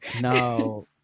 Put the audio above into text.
no